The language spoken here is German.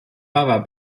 war